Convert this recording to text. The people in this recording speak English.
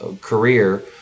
career